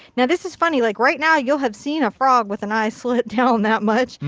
now this is funny, like right now you'll have seen a frog with an eye slit down that much.